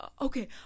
okay